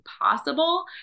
possible